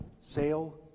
sail